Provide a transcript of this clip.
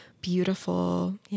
beautiful